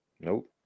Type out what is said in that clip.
Nope